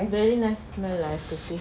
very nice smell lah I have to say